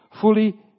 Fully